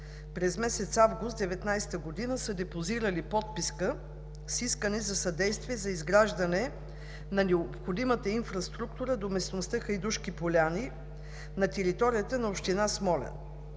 през месец август 2019 г. са депозирали подписка с искане за съдействие за изграждане на необходимата инфраструктура до местността „Хайдушки поляни“ на територията на община Смолян.